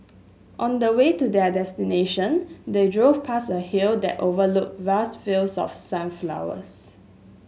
on the way to their destination they drove past a hill that overlooked vast fields of sunflowers